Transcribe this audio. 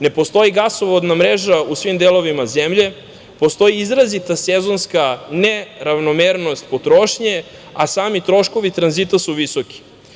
Ne postoji gasovodna mreža u svim delovima zemlje, postoji izrazita sezonska neravnomernost potrošnje, a sami troškovi tranzita su visoki.